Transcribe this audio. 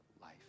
life